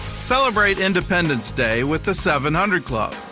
celebrate independence day with the seven hundred club.